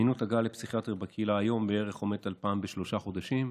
זמינות הגעה לפסיכיאטר בקהילה היום עומדת בערך על פעם בשלושה חודשים.